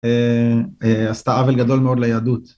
עשתה עוול גדול מאוד ליהדות.